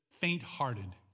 faint-hearted